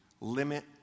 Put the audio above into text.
Limit